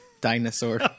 dinosaur